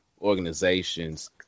organizations